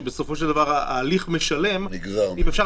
שבסופו של דבר ההליך משלם אם אפשר